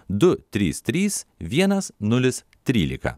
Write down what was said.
du trys trys vienas nulis trylika